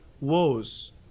woes